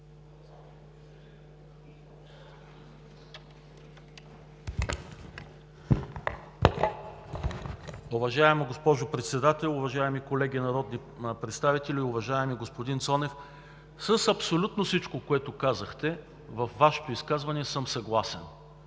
Уважаема госпожо Председател, уважаеми колеги народни представители! Уважаеми господин Цонев, съгласен съм с абсолютно всичко, което казахте във Вашето изказване. Точно